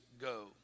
go